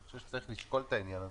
אני חושב שצריך לשקול את העניין הזה,